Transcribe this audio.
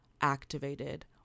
activated